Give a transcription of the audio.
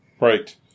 Right